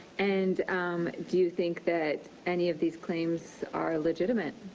and do you think that any of these claims are legitimate?